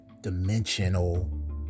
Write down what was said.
dimensional